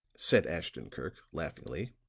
said ashton-kirk, laughingly,